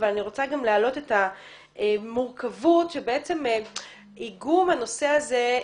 אבל אני רוצה גם להעלות מורכבות שבעצם יגעו בנושא הזה.